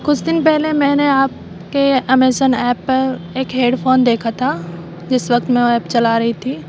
کچھ دن پہلے میں نے آپ کے امیزون ایپ پر ایک ہیڈ فون دیکھا تھا جس وقت میں وہ ایپ چلا رہی تھی